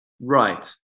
Right